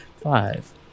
Five